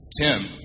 Tim